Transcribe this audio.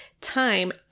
time